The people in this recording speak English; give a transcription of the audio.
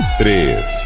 três